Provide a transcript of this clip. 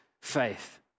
faith